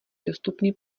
dostupný